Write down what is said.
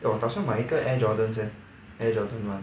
eh 我打算买一个 Air Jordans leh Air Jordans mah